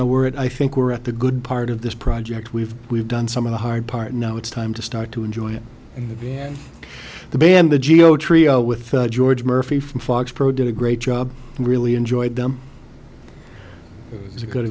know we're at i think we're at the good part of this project we've we've done some of the hard part and now it's time to start to enjoy it again the band the geo trio with george murphy from fox pro did a great job really enjoyed them is a good